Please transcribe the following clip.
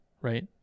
right